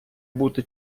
бути